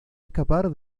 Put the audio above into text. escapar